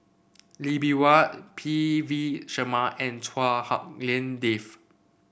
Lee Bee Wah P V Sharma and Chua Hak Lien Dave